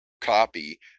copy